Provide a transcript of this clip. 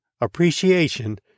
appreciation